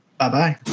Bye-bye